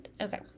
okay